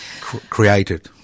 created